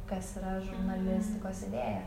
kas yra žurnalistikos idėja